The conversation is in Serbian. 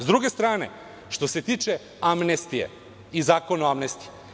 S druge strane što se tiče amnestije i za Zakona o amnestiji.